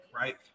right